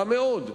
רע מאוד.